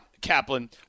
Kaplan